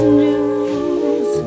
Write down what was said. news